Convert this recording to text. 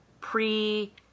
pre